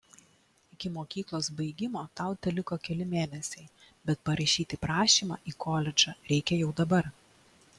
iki mokyklos baigimo tau teliko keli mėnesiai bet parašyti prašymą į koledžą reikia jau dabar